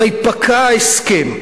הרי פקע ההסכם.